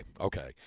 okay